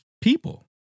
people